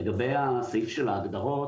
לגבי הסעיף של ההגדרות,